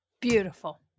Beautiful